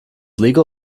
legal